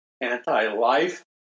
anti-life